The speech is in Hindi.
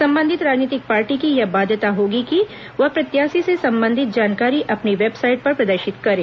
संबंधित राजनीतिक पार्टी की यह बाध्यता होगी कि वह प्रत्याशी से संबंधित जानकारी अपनी वेबसाइट पर प्रदर्शित करें